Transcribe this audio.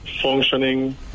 functioning